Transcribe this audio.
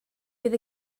bydd